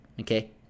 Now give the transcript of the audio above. Okay